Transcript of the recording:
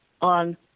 on